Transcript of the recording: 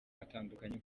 atandukanye